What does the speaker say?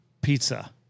pizza